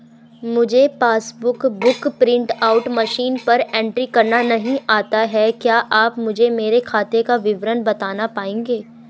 मुझे passbook book print out machine पर entry करना नहीं आता है क्या आप मुझे मेरे खाते का विवरण बताना पाएंगे?